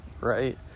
right